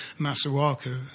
Masuaku